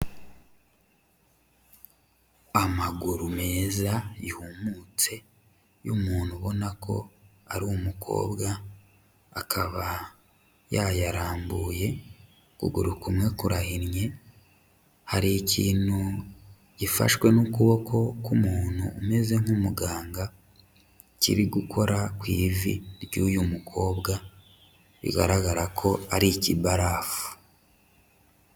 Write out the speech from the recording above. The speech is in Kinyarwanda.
Amaguru meza yumutse y'umuntu ubona ko ari umukobwa akaba yayarambuye, ukuguru kumwe kurahinnye, hari ikintu gifashwe n'ukuboko k'umuntu umeze nk'umuganga, kiri gukora ku ivi ry'uyu mukobwa bigaragara ko ari ikibarafu.